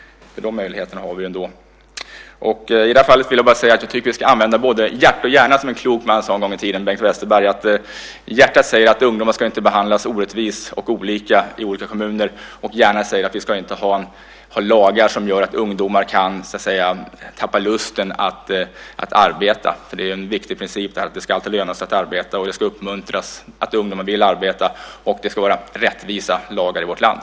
Dessa möjligheter har vi ändå. Jag tycker att vi ska använda både hjärta och hjärna som en klok man sade en gång i tiden. Det var Bengt Westerberg. Hjärtat säger att ungdomar inte ska behandlas orättvist och olika i olika kommuner. Och hjärnan säger att vi inte ska ha lagar som gör att ungdomar kan så att säga tappa lusten att arbeta. Det är en viktig princip att det alltid ska löna sig att arbeta. Och att ungdomar vill arbeta ska uppmuntras. Och det ska vara rättvisa lagar i vårt land.